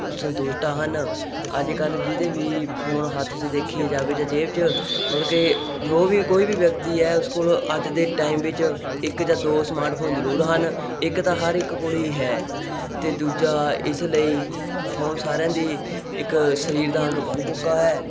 ਸੰਤੁਸ਼ਟ ਹਨ ਅੱਜ ਕੱਲ੍ਹ ਜਿਹਦੇ ਵੀ ਫੋਨ ਹੱਥ 'ਚ ਦੇਖੀ ਜਾਵੇ ਜਾਂ ਜੇਬ 'ਚ ਮਤਲਬ ਕਿ ਜੋ ਵੀ ਕੋਈ ਵੀ ਵਿਅਕਤੀ ਹੈ ਉਸ ਕੋਲ ਅੱਜ ਦੇ ਟਾਈਮ ਵਿੱਚ ਇੱਕ ਜਾਂ ਦੋ ਸਮਾਰਟਫੋਨ ਜ਼ਰੂਰ ਹਨ ਇੱਕ ਤਾਂ ਹਰ ਇੱਕ ਕੋਲ ਹੀ ਹੈ ਅਤੇ ਦੂਜਾ ਇਸ ਲਈ ਫੋਨ ਸਾਰਿਆਂ ਦੇ ਇੱਕ ਸਰੀਰ ਦਾ ਅੰਗ ਬਣ ਚੁੱਕਾ ਹੈ